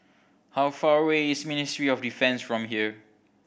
how far away is Ministry of Defence from here